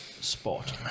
spot